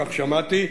כך שמעתי,